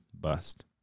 bust